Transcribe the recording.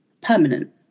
permanent